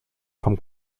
vom